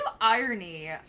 irony